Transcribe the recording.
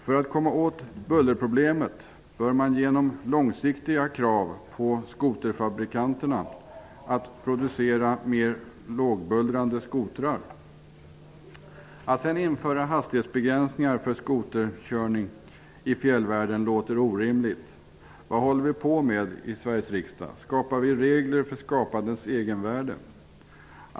För att komma åt bullerproblemet bör man ställa långsiktiga krav på skoterfabrikanterna att producera mer lågbullrande skotrar. Att sedan införa hastighetsbegränsningar för skoterkörning i fjällvärlden förefaller orimligt. Vad håller vi på med i Sveriges riksdag? Skapar vi regler för skapandets egenvärde?